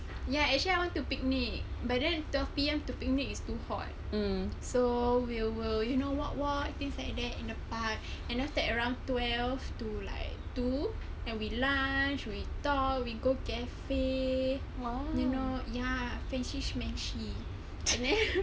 ya actually I want to picnic but then twelve P_M to picnic is too hot so we will you know walk walk things like that in the park and after that around twelve to like two and we lunch we talk we go cafe well you know ya friendship matching and then